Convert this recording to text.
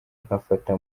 nkafata